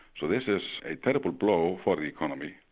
so this is a terrible blow for the economy,